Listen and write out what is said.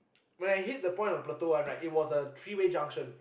when I hit the point of plateau [one] right it was a three way junction